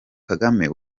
kagame